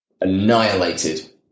annihilated